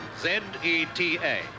Z-E-T-A